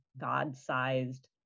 God-sized